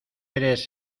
eres